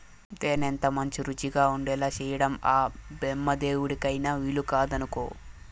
తేనె ఎంతమంచి రుచిగా ఉండేలా చేయడం ఆ బెమ్మదేవుడికైన వీలుకాదనుకో